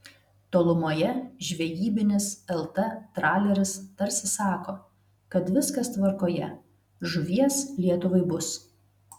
tolumoje žvejybinis lt traleris tarsi sako kad viskas tvarkoje žuvies lietuvai bus